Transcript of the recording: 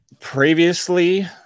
previously